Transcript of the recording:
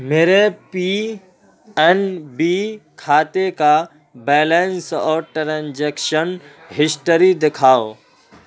میرے P N B کھاتے کا بیلنس اور ٹرانزیکشن ہسٹری دکھاؤ